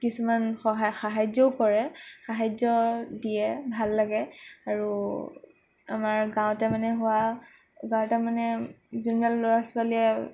কিছুমান সহায় সাহাৰ্যও কৰে সাহাৰ্য দিয়ে ভাল লাগে আৰু আমাৰ গাঁৱতে মানে হোৱা গাঁৱতে মানে যোনবিলাক ল'ৰা ছোৱালীয়ে